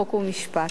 חוק ומשפט.